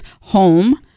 home